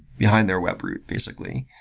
behind their web group, basically.